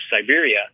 Siberia